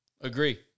Agree